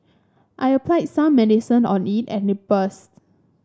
I applied some medicine on it and it burst